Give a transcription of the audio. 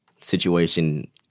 situation –